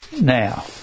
Now